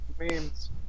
Memes